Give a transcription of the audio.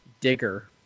Digger